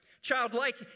Childlike